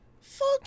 fuck